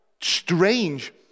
strange